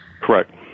Correct